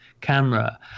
camera